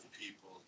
people